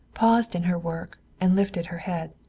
paused in her work and lifted her head.